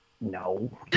No